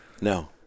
no